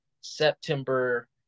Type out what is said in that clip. September